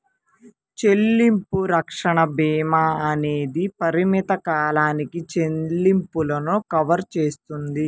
చెల్లింపు రక్షణ భీమా అనేది పరిమిత కాలానికి చెల్లింపులను కవర్ చేస్తుంది